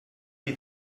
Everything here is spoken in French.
les